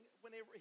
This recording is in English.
whenever